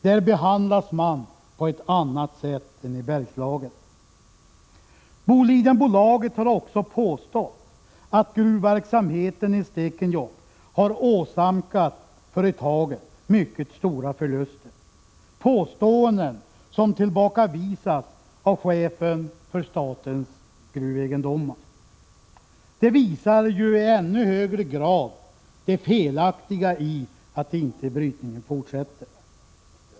Där behandlas man på ett annat sätt än i Bergslagen. Bolidenbolaget har också påstått att gruvverksamheten i Stekenjokk har åsamkat företaget mycket stora förluster, påståenden som tillbakavisas av chefen för statens gruvegendomar. Detta visar i ännu högre grad det felaktiga i att inte brytningen fortsätter.